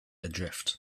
adrift